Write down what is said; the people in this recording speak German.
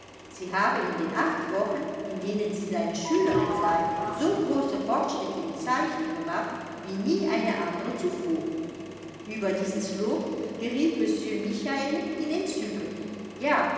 sie habe in den acht wochen in denen sie seine schülerin sei so große fortschritte im zeichnen gemacht wie nie eine andre zuvor ueber dieses lob geriet monsieur michael in entzücken ja